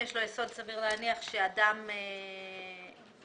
לנסח את זה באופן כזה שאם אכן נעשה חוזה,